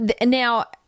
Now